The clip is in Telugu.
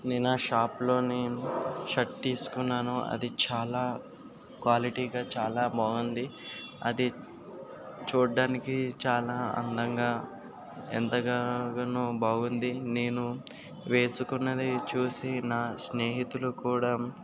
నేను ఆ షాప్లోని షర్ట్ తీసుకున్నాను అది చాలా క్వాలిటీగా చాలా బాగుంది అది చూడటానికి చాలా అందంగా ఎంతగానో బాగుంది నేను వేసుకున్నది చూసి నా స్నేహితులు కూడా